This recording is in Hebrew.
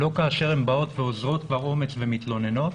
לא כאשר הן באות באומץ ומתלוננות